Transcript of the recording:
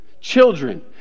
Children